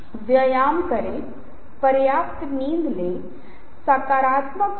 मैंने आपको केवल उस लेआउट के बारे में मूल बातें बताई हैं जिन्हें आपको ध्यान में रखना है